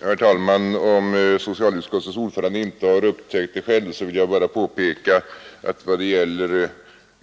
Herr talman! Om socialutskottets ordförande inte har upptäckt det själv, så vill jag bara påpeka att i vad det gäller